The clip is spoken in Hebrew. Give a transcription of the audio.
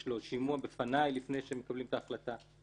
יש לו שימוע בפניי לפני שמקבלים את ההחלטה.